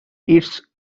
its